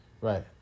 Right